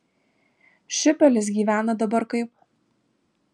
šiupelis gyvena dabar kaip